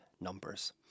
numbers